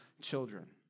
children